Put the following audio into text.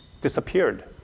disappeared